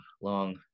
long